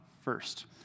first